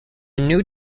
new